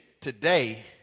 today